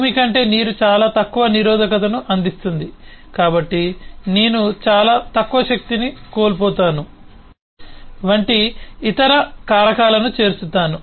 భూమి కంటే నీరు చాలా తక్కువ నిరోధకతను అందిస్తుంది కాబట్టి నేను చాలా తక్కువ శక్తిని కోల్పోతాను వంటి ఇతర కారకాలను చేర్చుతాను